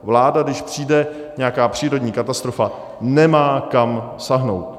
Vláda, když přijde nějaká přírodní katastrofa, nemá kam sáhnout.